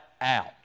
out